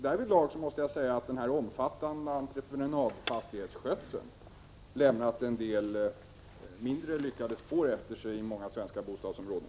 Därvidlag måste jag säga att den omfattande entreprenadfastighetsskötseln lämnat en del mindre lyckade spår efter sig i många svenska bostadsområden.